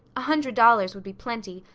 a hundred dollars would be plenty.